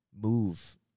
move